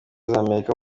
z’amerika